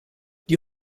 die